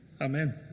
Amen